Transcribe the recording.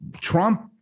Trump